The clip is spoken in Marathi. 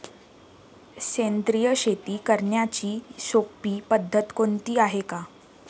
सेंद्रिय शेती करण्याची सोपी पद्धत कोणती आहे का?